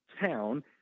town